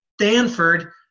Stanford